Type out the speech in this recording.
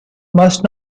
must